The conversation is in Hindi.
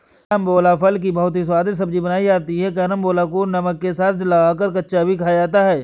कैरामबोला फल की बहुत ही स्वादिष्ट सब्जी बनाई जाती है कैरमबोला को नमक के साथ लगाकर कच्चा भी खाया जाता है